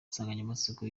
insanganyamatsiko